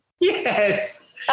Yes